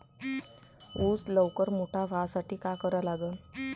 ऊस लवकर मोठा व्हासाठी का करा लागन?